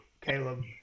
Caleb